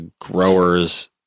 growers